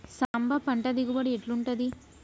సాంబ పంట దిగుబడి ఎట్లుంటది?